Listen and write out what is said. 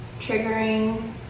triggering